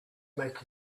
make